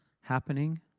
happening